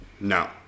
No